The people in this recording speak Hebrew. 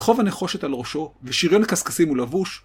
כובע נחושת על ראשו, ושיריון קשקשים הוא לבוש.